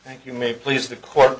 thank you may please the co